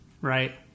right